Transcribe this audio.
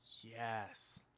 Yes